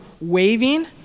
waving